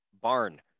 barn